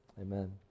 Amen